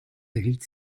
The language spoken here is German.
erhielt